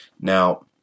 Now